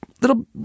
Little